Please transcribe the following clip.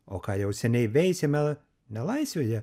o ką jau seniai veisėme nelaisvėje